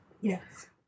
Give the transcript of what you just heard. Yes